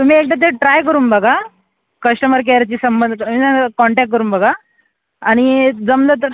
तुम्ही एकदा ते ट्राय करून बघा कश्टमर केअरशी संबंध कॉन्टॅक करून बघा आणि जमलं तर